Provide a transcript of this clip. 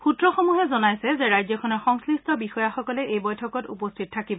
সূত্ৰসমূহে জনাইছে যে ৰাজখনৰ সংশ্লিষ্ট বিষয়াসকলে এই বৈঠকত উপস্থিত থাকিব